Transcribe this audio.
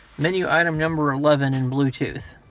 menu item number eleven in bluetooth.